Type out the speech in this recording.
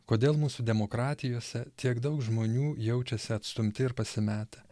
kodėl mūsų demokratijose tiek daug žmonių jaučiasi atstumti ir pasimetę